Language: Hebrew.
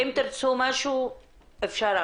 אם תרצו משהו אפשר.